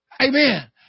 Amen